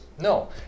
No